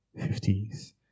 fifties